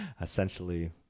essentially